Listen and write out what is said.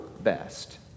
best